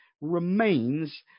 remains